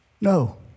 No